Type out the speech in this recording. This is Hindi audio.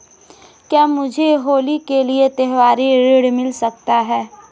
क्या मुझे होली के लिए त्यौहारी ऋण मिल सकता है?